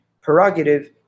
prerogative